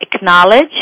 acknowledge